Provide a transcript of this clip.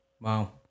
Wow